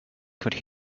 could